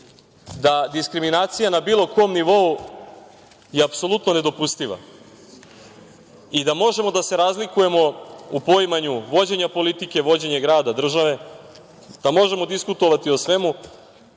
da diskriminacija na bilo kom nivou je apsolutno nedopustiva, i da možemo da se razlikujemo u poimanju vođenja politike, vođenja grada, države, da možemo diskutovati o svemu,